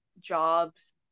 jobs